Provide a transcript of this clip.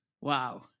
Wow